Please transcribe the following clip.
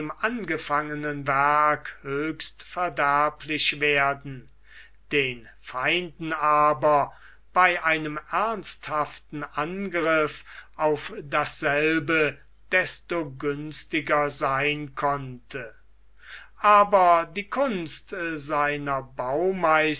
angefangenen werk höchst verderblich werden den feinden aber bei einem ernsthaften angriff auf dasselbe desto günstiger sein konnte aber die kunst seiner